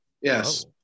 Yes